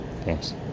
Thanks